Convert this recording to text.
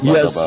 Yes